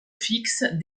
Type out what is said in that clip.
fixes